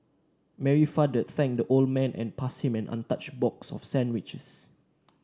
Mary father thanked the old man and passed him an untouched box of sandwiches